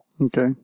Okay